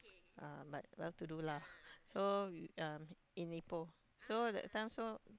uh but well to do lah so we um in April so that time so